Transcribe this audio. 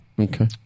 Okay